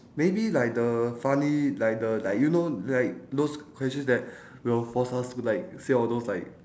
maybe like the funny like the like you know like those questions that will force us to like say all those like